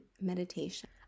meditation